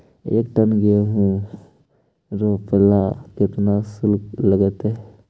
एक टन गेहूं रोपेला केतना शुल्क लगतई?